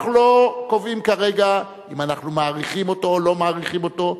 אנחנו לא קובעים כרגע אם אנחנו מאריכים אותו או לא מאריכים אותו.